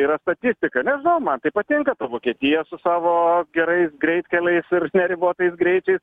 yra statistika nežinau man tai patinka ta vokietija su savo gerais greitkeliais ir neribotais greičiais